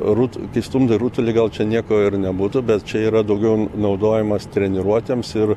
rutulį kai stumdė rutulį gal čia nieko ir nebūtų bet čia yra daugiau naudojamas treniruotėms ir